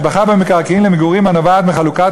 ההשבחה במקרקעין למגורים הנובעת מחלוקת